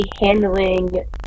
handling